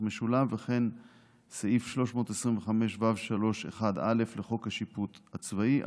וכן סעיף 325(ו3)(1)(א) לחוק השיפוט הצבאי.